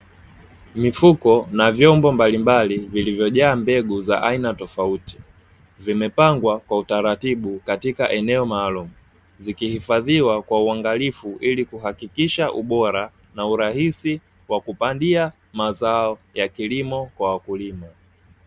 Mifuko na vyombo mbalimbali vilivyojaa mbegu za aina tofauti, vimepangwa kwa utaratibu katika eneo maalumu, zikihifadhiwa kwa uangalifu ili kuhakikisha ubora na urahisi wa kupandia mazao ya kilimo kwa wakulima.